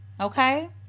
okay